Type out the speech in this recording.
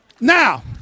Now